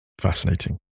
fascinating